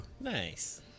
Nice